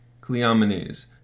Cleomenes